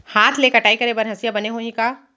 हाथ ले कटाई करे बर हसिया बने होही का?